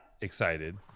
excited